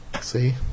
See